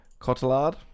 Cotillard